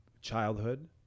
childhood